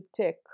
take